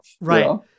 Right